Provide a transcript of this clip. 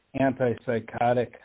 antipsychotic